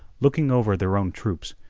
looking over their own troops,